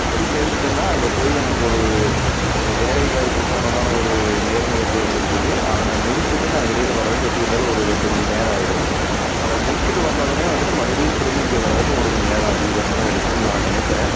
போய் சேந்துட்டேன்னா அங்கே போய் எனக்கு ஒரு வேலை வாய்ப்பு சம்மந்தமான ஒரு நேர்முகத்தேர்வு இருக்குது அதை நான் முடிச்சுட்டு நான் வெளியில் வர்றதுக்கு எப்படி இருந்தாலும் ஒரு ரெண்டு மணி நேரம் ஆயிடும் அதை முடிச்சுட்டு வந்த உடனே வந்துவிட்டு மறுபடி திரும்ப இங்கே வர்றதுக்கு ஒரு மணி நேரம் அதிகபட்சம் எடுக்குன்னு நான் நினக்கிறேன்